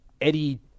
Eddie